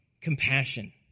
compassion